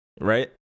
Right